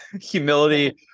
humility